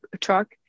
truck